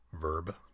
verb